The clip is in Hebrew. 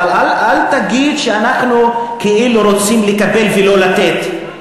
אבל אל תגיד שאנחנו כאילו רוצים לקבל ולא לתת,